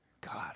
God